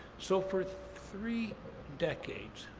so for three decades,